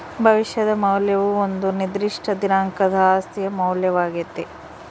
ಭವಿಷ್ಯದ ಮೌಲ್ಯವು ಒಂದು ನಿರ್ದಿಷ್ಟ ದಿನಾಂಕದ ಆಸ್ತಿಯ ಮೌಲ್ಯವಾಗ್ಯತೆ